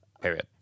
period